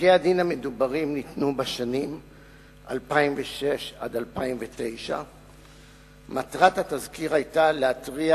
פסקי-הדין המדוברים ניתנו בשנים 2006 2009. מטרת התזכיר היתה להתריע